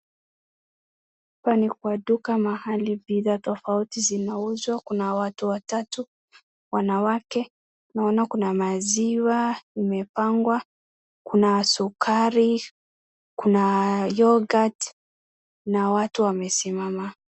Hapa ni kwa duka mahali bidhaa tofauti zinauzwa. Kuna watu watatu wanawake. Naona kuna maziwa imepangwa, kuna sukari, kuna yoghurt na watu wamesimama.